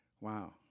Wow